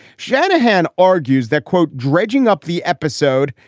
shanahan argues that, quote, dredging up the episode,